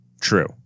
True